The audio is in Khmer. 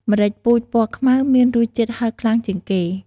ម្រេចពូជពណ៌ខ្មៅមានរសជាតិហិរខ្លាំងជាងគេ។